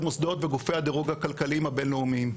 מוסדות וגופי הדירוג הכלכליים הבינלאומיים,